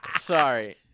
Sorry